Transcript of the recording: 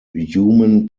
human